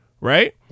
Right